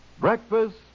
breakfast